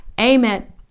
Amen